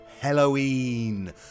Halloween